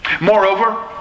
Moreover